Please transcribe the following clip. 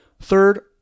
Third